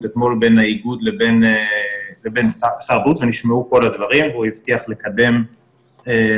אתמול עם האיגוד ונשמעו כל הדברים והוא הבטיח לקדם חלק